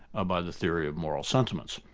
ah by the theory of moral sentiments.